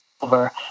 over